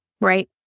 right